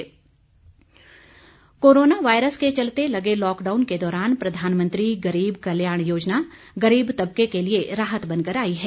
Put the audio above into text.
उज्जवला योजना corona virus के चलते लगे लॉकडाउन के दौरान प्रधानमंत्री गरीब कल्याण योजना गरीब तबके के लिए राहत बनकर आई है